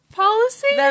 policy